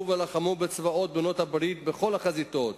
ולחמו בצבאות בעלות-הברית בכל החזיתות,